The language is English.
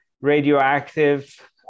radioactive